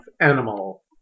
Animal